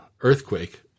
earthquake